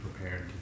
prepared